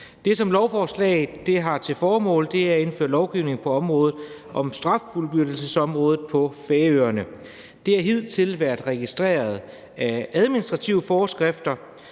Det, som lovforslaget har til formål, er at indføre lovgivning på straffuldbyrdelsesområdet på Færøerne. Det har hidtil været reguleret af administrative forskrifter,